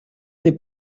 n’est